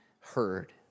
heard